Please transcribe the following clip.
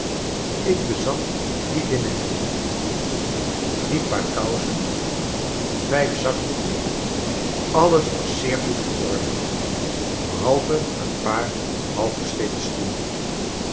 ik bezat drie linnen hemden drie paar kousen vijf zakdoeken alles was zeer goed in orde behalve een paar halfversleten schoenen